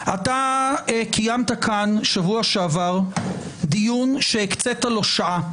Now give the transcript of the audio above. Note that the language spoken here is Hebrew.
קיימת כאן בשבוע שעבר דיון שהקצית לו שעה,